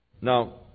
Now